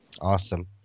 Awesome